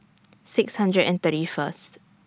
six hundred and thirty First